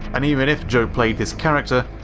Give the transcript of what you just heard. and even if joe played this character,